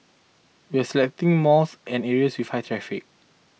we are selecting malls and areas with high traffic